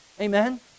Amen